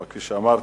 כפי שאמרתי,